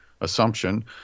assumption